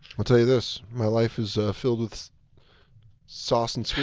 i'll tell you this my life is filled with sauce and sweet.